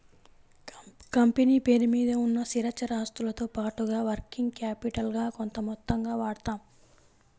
company పేరు మీద ఉన్న స్థిరచర ఆస్తులతో పాటుగా వర్కింగ్ క్యాపిటల్ గా కొంత మొత్తం వాడతాం